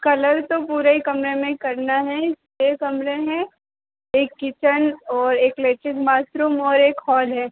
colour तो पूरे ही कमरे में ही करना है छः कमरे हैं एक किचन और एक लैट्रिन बाथरूम और एक हॉल है